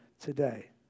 today